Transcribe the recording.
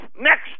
next